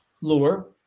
lure